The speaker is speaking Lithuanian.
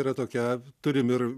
yra tokia turim ir